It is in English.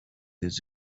his